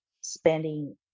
spending